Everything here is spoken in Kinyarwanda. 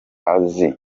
azi